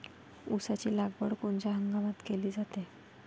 ऊसाची लागवड कोनच्या हंगामात केली जाते?